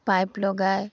pipe লগাই